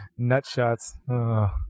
Nutshots